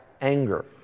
anger